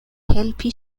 helpi